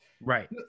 Right